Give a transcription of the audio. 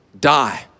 die